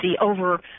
over